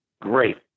Great